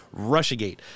Russiagate